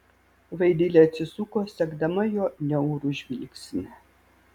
vaidilė atsisuko sekdama jo niaurų žvilgsnį